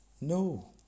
No